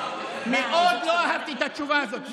מאוד לא אהבתי את התשובה הזאת,